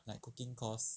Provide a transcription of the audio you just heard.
like cooking course